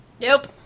Nope